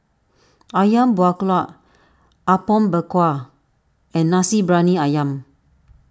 Ayam Buah Keluak Apom Berkuah and Nasi Briyani Ayam